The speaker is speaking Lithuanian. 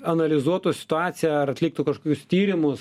analizuotų situaciją ar atliktų kažkokius tyrimus